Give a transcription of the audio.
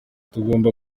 tugomba